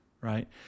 right